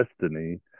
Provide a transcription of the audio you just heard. destiny